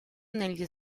negli